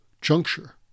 juncture